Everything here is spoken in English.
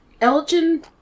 Elgin